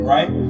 Right